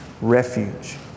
Refuge